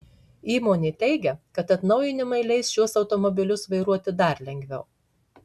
įmonė teigia kad atnaujinimai leis šiuos automobilius vairuoti dar lengviau